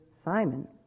Simon